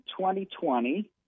2020